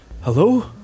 Hello